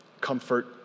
comfort